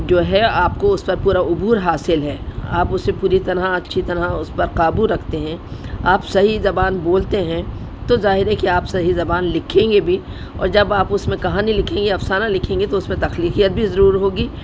جو ہے آپ کو اس پر پورا عبور حاصل ہے آپ اسے پوری طرح اچھی طرح اس پر قابو رکھتے ہیں آپ صحیح زبان بولتے ہیں تو ظاہر ہے کہ آپ صحیح زبان لکھیں گے بھی اور جب آپ اس میں کہانی لکھیں گے افسانہ لکھیں گے تو اس میں تخلیفیت بھی ضرور ہوگی